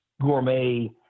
gourmet